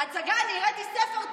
עוד 100 ייבנו,